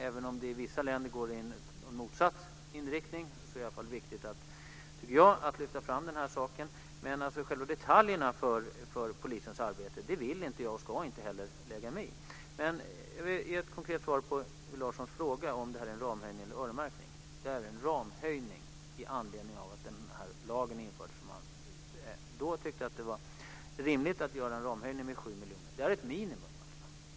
Även om det i vissa länder går i en motsatt riktning, tycker jag att det är viktigt att lyfta fram denna lag. Jag ska inte, och vill inte, lägga mig i detaljerna för polisens arbete. Jag ska ge ett konkret svar på Hillevi Larssons fråga om det är en ramhöjning eller öronmärkning: Det är en ramhöjning i anledning av att lagen infördes. Man tyckte då att det var rimligt att göra en ramhöjning med 7 miljoner kronor. Det är ett minimun.